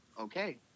Okay